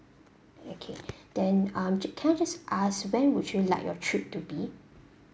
okay then um can I just ask when would you like your trip to be